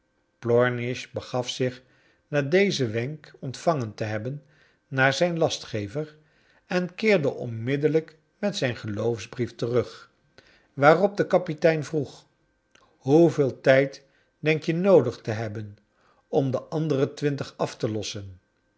plornish begaf zich na dezen wenk ontvangen te hebben naar zijn lastgever en keerde onmiddellijk met zijn geloofsbrief terug waarop de kapitein vroeg hoeveel tijd denk je noodig te hebben om de andere twintig af te lossen